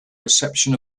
reception